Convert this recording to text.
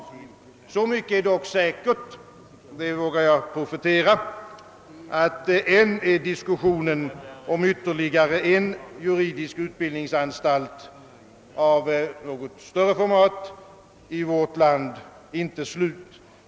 Så mycket är dock säkert — det vågar jag profetera — att diskussionen om ytterligare en juridisk utbildningsanstalt av något större format i vårt land ännu inte är slut.